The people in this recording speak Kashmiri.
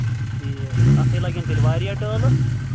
ٹھیٖک اَتھ ہے لَگَن تیٚلہِ واریاہ ٹٲلہٕ